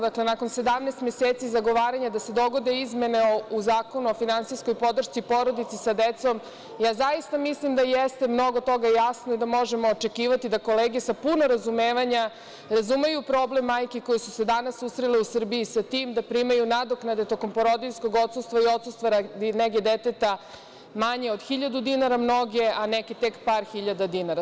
Dakle, nakon 17 meseci zagovaranja da se dogode izmene u Zakonu o finansijskoj podršci porodica sa decom, ja zaista mislim da je mnogo toga jasno i da možemo očekivati da kolege sa puno razumevanja razumeju problem majki koji su se danas susrele u Srbiji sa tim da primaju nadoknade tokom porodiljskoga odsustva i odsustva radi nege deteta manje od hiljadu dinara, mnoge, a neke nekih par hiljada dinara.